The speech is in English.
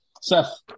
Seth